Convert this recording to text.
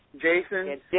Jason